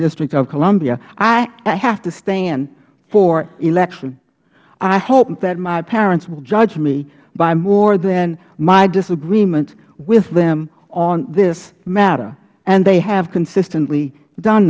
district of columbia i have to stand for election i hope that my parents will judge me by more than my disagreement with them on this matter and they have consistently done